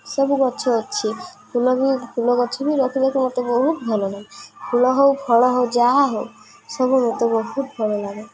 ସବୁ ଗଛ ଅଛି ଫୁଲ ବି ଫୁଲ ଗଛ ବି ରଖିବାକୁ ମୋତେ ବହୁତ ଭଲ ଲାଗେ ଫୁଲ ହଉ ଫଳ ହଉ ଯାହା ହଉ ସବୁ ମୋତେ ବହୁତ ଭଲ ଲାଗେ